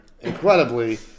incredibly